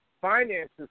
finances